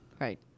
Right